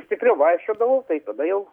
stipriau vaikščiodavau tai tada jau